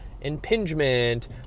impingement